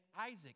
Isaac